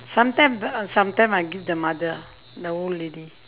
sometime sometimes I give the mother the old lady